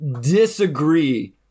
disagree